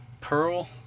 Pearl